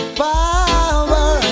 power